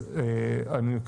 אז אני,